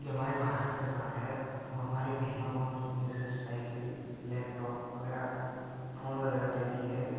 जो हमारी भारत सरकार है वह हमारी बहनों को जैसे साइकिल लैपटॉप वगैरह फ़ोन वगैरह देती है